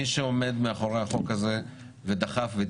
מי שעומד מאחורי החוק הזה ודחף אותו,